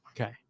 Okay